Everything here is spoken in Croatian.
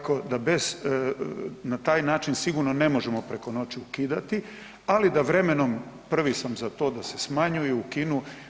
Tako da bez, na taj način sigurno ne možemo preko noći ukidati, ali da vremenom prvi sam za to da se smanjuju i ukinu.